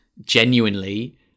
genuinely